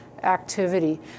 activity